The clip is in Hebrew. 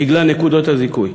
בגלל נקודות הזיכוי,